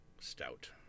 stout